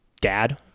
dad